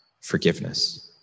forgiveness